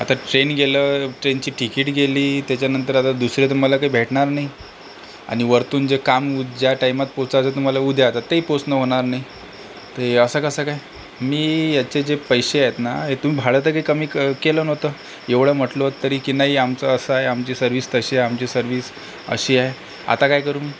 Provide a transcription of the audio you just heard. आता ट्रेन गेलं ट्रेनची टिकिट गेली त्याच्यानंतर आता दुसरं तर मला काही भेटणार नाही आणि वरतून जे काम ज्या टायमात पोचायचं तर मला उद्या तर तेही पोचणं होणार नाही ते असा कसा काय मी याचे जे पैसे आहेत ना तुम्ही भाडं तर काही कमी क केलं नव्हतं एवढं म्हटलो तरी की नाई आमचं असं आहे आमची सर्विस तशी आहे आमची सर्विस अशी आहे आता काय करू मी